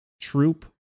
troop